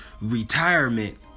retirement